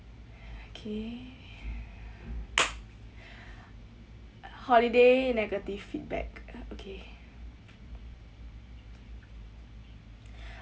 K holiday negative feedback okay